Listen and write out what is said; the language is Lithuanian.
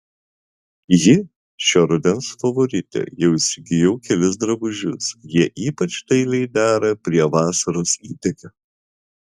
ji šio rudens favoritė jau įsigijau kelis drabužius jie ypač dailiai dera prie vasaros įdegio